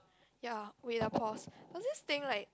ya wait lah pause I'll just think like